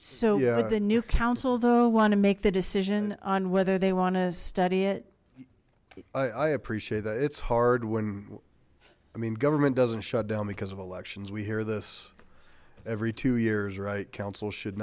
so the new council though want to make the decision on whether they want to study it i i appreciate that it's hard when i mean government doesn't shut down because of elections we hear this every two years right council should